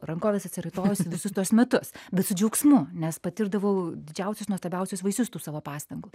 rankoves atsiraitojusi visus tuos metus bet su džiaugsmu nes patirdavau didžiausius nuostabiausius vaisius tų savo pastangų